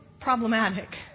problematic